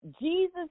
Jesus